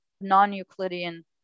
non-Euclidean